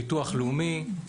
ביטוח לאומי.